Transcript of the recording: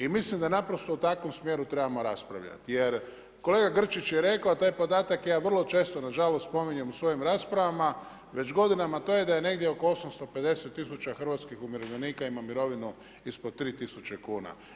I mislim da u takvom smjeru trebamo raspravljati jer kolega Grčić je rekao, a taj podatak ja vrlo često nažalost spominjem u svojim raspravama već godinama, a to je da je negdje oko 850 tisuća hrvatskih umirovljenika ima mirovinu ispod 3000 kuna.